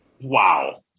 Wow